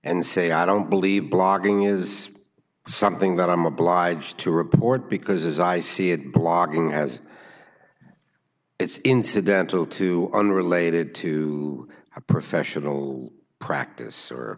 and say i don't believe blogging is something that i'm obliged to report because as i see it blogging as it's incidental to unrelated to a professional practice or